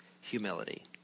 Humility